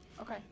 Okay